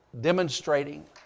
demonstrating